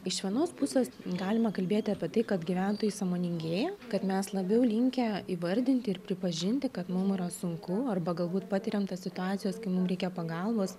iš vienos pusės galima kalbėti apie tai kad gyventojai sąmoningėja kad mes labiau linkę įvardinti ir pripažinti kad mum yra sunku arba galbūt patiriam tas situacijas kai mum reikia pagalbos